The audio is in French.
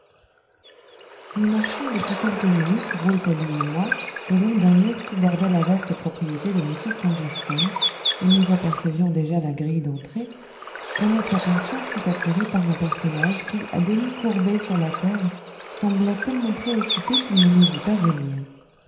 nous marchions depuis quelques minutes rouletabille et moi le long d'un mur qui bordait la vaste propriété de m stangerson et nous apercevions déjà la grille d'entrée quand notre attention fut attirée par un personnage qui à demi courbé sur la terre semblait tellement préoccupé qu'il ne nous vit pas venir